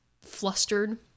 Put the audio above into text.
flustered